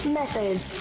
methods